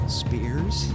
spears